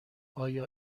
آیا